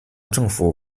政府